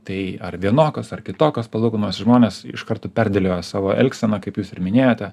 tai ar vienokios ar kitokios palūkanos žmonės iš karto perdėlioja savo elgseną kaip jūs ir minėjote